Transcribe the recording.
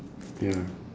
ya